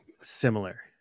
similar